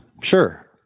sure